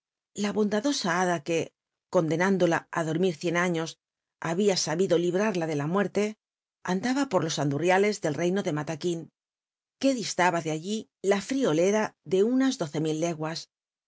la bond uloea bada que contlcnimtlola á dormir cien aiios había abido librarla de la muerte andaba por los andurriale del reino de lalal uin que distaba tic allí la friolera de unas doce mil leguas